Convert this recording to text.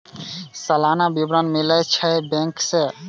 सलाना विवरण मिलै छै बैंक से?